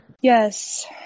Yes